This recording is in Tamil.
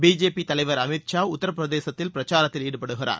பிஜேபி தலைவர் அமித் ஷா உத்தரப்பிரதேசத்தில் பிரச்சாரத்தில் ஈடுபடுகிறார்